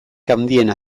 handiena